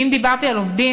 ואם דיברתי על עובדים,